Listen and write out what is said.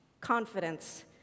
confidence